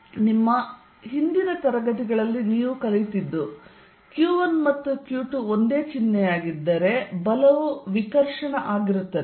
ಈಗ ನಿಮ್ಮ ಹಿಂದಿನ ತರಗತಿಗಳಲ್ಲಿ ನೀವು ಕಲಿತಿದ್ದು q1 ಮತ್ತು q2 ಒಂದೇ ಚಿಹ್ನೆಯಾಗಿದ್ದರೆ ಬಲವು ವಿಕರ್ಷಣ ಆಗಿರುತ್ತದೆ